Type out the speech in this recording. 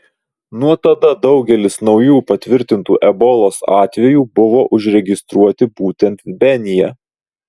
nuo tada daugelis naujų patvirtintų ebolos atvejų buvo užregistruoti būtent benyje